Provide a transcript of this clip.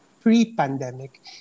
pre-pandemic